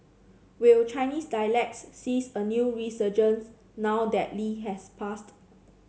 will Chinese dialects sees a new resurgence now that Lee has passed